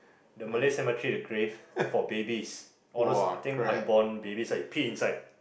the Malay cemetery the grave for babies all those I think unborn babies right he peed inside